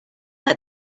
let